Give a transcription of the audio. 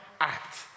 act